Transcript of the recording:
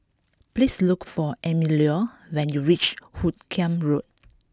please look for Emilio when you reach Hoot Kiam Road